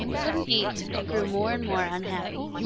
couldn't eat and grew more and more unhappy.